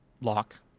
lock